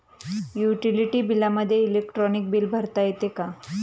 Utility बिलामध्ये electronic bill भरता येते का?